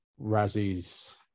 Razzie's